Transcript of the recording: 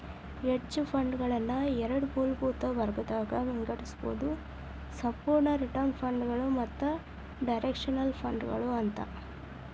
hedge ಫಂಡ್ಗಳನ್ನ ಎರಡ್ ಮೂಲಭೂತ ವರ್ಗಗದಾಗ್ ವಿಂಗಡಿಸ್ಬೊದು ಸಂಪೂರ್ಣ ರಿಟರ್ನ್ ಫಂಡ್ಗಳು ಮತ್ತ ಡೈರೆಕ್ಷನಲ್ ಫಂಡ್ಗಳು ಅಂತ